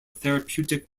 therapeutic